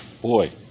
Boy